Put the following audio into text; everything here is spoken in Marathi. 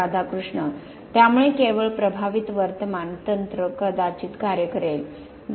राधाकृष्ण त्यामुळे केवळ प्रभावित वर्तमान तंत्र कदाचित कार्य करेल डॉ